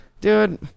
dude